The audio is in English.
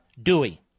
Dewey